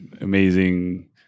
amazing